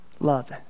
Love